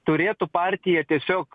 turėtų partija tiesiog